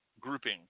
grouping